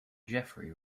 jeffery